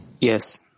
yes